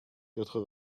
quatre